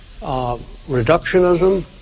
reductionism